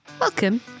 Welcome